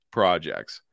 projects